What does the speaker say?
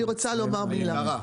אני רוצה לומר מילה,